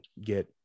get